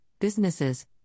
businesses